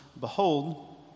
Behold